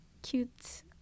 cute